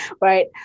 right